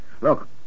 Look